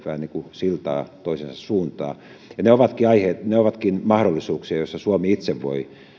siltaa toistensa suuntaan ja ne ovatkin mahdollisuuksia joissa suomi itse voi